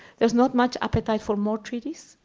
there's not much appetite for more treaties.